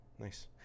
Nice